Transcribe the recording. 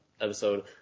episode